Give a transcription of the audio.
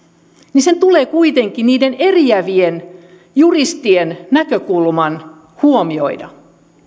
sen tulee kuitenkin niiden eriävien juristien näkökulma huomioida